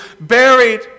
buried